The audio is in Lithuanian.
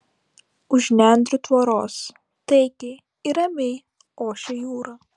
už nendrių tvoros taikiai ir ramiai ošė jūra